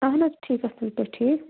اَہَن حظ ٹھیٖک اَصٕل پٲٹھۍ ٹھیٖک